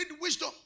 wisdom